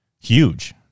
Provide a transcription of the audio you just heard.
huge